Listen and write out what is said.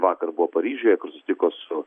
vakar buvo paryžiuje kur susitiko su